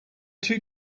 too